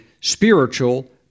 spiritual